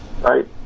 Right